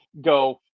go